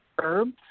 herbs